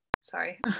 Sorry